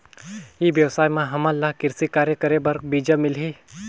ई व्यवसाय म हामन ला कृषि कार्य करे बर बीजा मिलही?